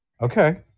Okay